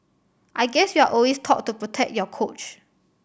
I guess you're always taught to protect your coach